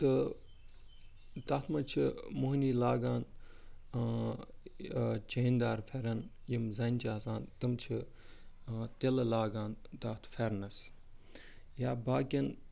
تہٕ تتھ مَنز چھِ موٚہنی لاگان چینہِ دار فیرَن یِم زَنہِ چھِ آسان تِم چھِ تِلہٕ لاگان تتھ فیرنَس یا باقیَن